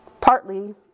partly